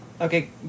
Okay